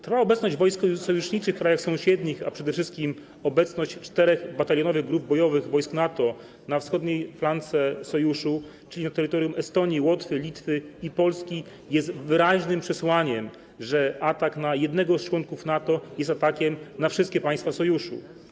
Trwała obecność wojsk sojuszniczych w krajach sąsiednich, a przede wszystkim obecność czterech batalionowych grup bojowych wojsk NATO na wschodniej flance Sojuszu, czyli na terytorium Estonii, Łotwy, Litwy i Polski, jest wyraźnym przesłaniem, sygnałem, że atak na jednego z członków NATO jest atakiem na wszystkie państwa Sojuszu.